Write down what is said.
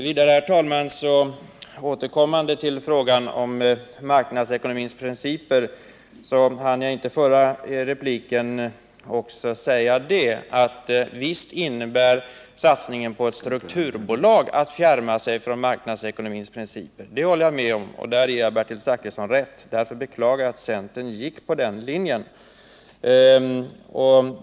Vidare vill jag återkomma till frågan om marknadsekonomins principer, som jag inte hann med i den förra repliken. Visst innebär satsningen på ett strukturbolag att man fjärmar sig från marknadsekonomins principer. Det håller jag med om, och där ger jag Bertil Zachrisson rätt. Därför beklagar jag att centern gick på den linjen.